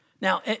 Now